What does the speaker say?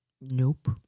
nope